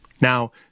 Now